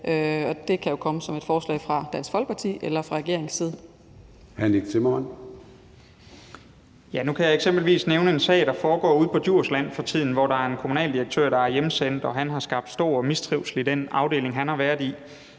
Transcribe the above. Nick Zimmermann. Kl. 13:20 Nick Zimmermann (DF): Nu kan jeg eksempelvis nævne en sag, der foregår ude på Djursland for tiden, hvor der er en kommunaldirektør, der er hjemsendt, og han har skabt stor mistrivsel i den afdeling, han har været i.